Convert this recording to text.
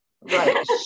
Right